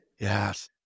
Yes